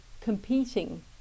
competing